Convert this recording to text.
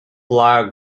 player